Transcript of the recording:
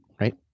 Right